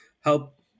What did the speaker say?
help